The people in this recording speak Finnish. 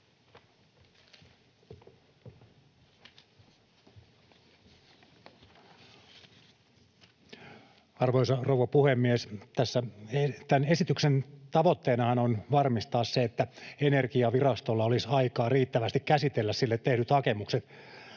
Arvoisa rouva puhemies! Tässä tämän esityksen tavoitteenahan on varmistaa, että Energiavirastolla olisi aikaa riittävästi käsitellä sille tehdyt hakemukset